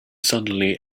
suddenly